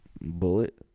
Bullet